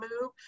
move